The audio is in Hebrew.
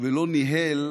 לא "ניהל",